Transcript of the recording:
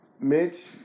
Mitch